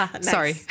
Sorry